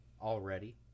Already